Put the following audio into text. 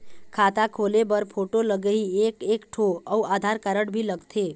खाता खोले बर फोटो लगही एक एक ठो अउ आधार कारड भी लगथे?